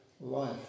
life